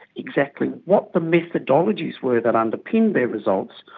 exactly what the methodologies were that underpinned their results,